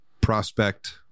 prospect